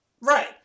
Right